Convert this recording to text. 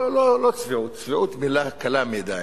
לא צביעות, צביעות זו מלה קלה מדי,